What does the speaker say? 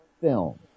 film